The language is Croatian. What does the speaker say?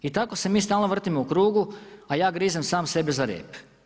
I tako se mi stalno vrtimo u krugu a ja grizem sam sebe za rep.